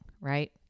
right